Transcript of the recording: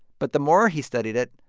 but the more he studied it,